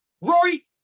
Rory